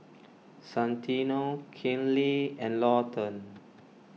Santino Kinley and Lawton